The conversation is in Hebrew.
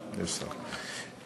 יש שר.